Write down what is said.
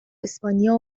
اسپانیا